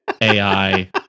AI